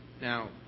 Now